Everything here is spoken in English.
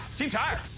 team tire!